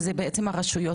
וזה בעצם הרשויות